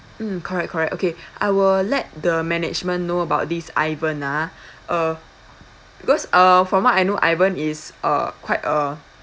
mm correct correct okay I will let the management know about this ivan ah uh because uh from what I know ivan is uh quite a